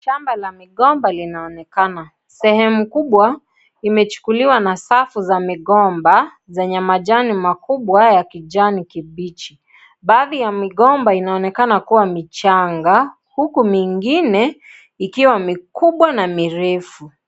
Shamba la migomba linaonekana sehemu kubwa imechukuliwa na safu za migomba zenye majani makubwa ya kijani kibichi baadhi ya migomba inaonekana kuwa michanga huku mingine ikiwa mikubwa na mirefu.